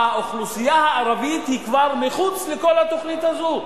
האוכלוסייה הערבית היא כבר מחוץ לכל התוכנית הזו,